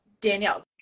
Danielle